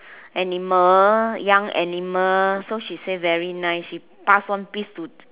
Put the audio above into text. animal young animal so she say very nice she pass one piece to